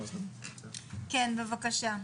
כן בבקשה.